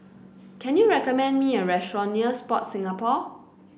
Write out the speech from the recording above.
can you recommend me a restaurant near Sport Singapore